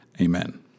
Amen